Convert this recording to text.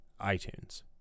iTunes